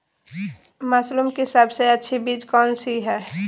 Mushroom की सबसे अच्छी बीज कौन सी है?